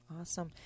Awesome